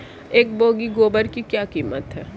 एक बोगी गोबर की क्या कीमत है?